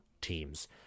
teams